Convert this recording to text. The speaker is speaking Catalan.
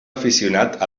aficionat